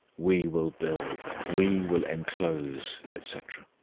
we will build. we will inclose, etc.